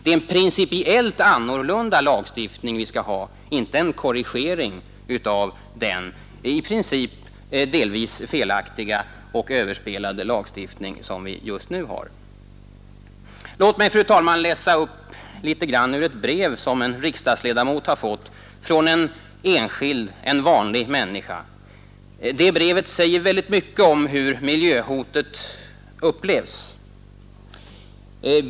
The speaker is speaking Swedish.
Det är en principiellt annorlunda lagstiftning vi skall ha, inte en korrigering av den i princip delvis felaktiga och överspelade lagstiftning som vi just nu har. Låt mig, fru talman, läsa upp litet grand ur ett brev som en riksdagsledamot har fått från en enskild, en vanlig människa. Det brevet säger väldigt mycket om hur miljöhotet upplevs.